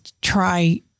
try